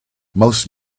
most